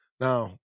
Now